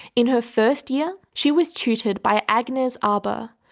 in her first year, she was tutored by agnes arber,